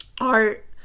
art